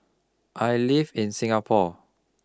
I live in Singapore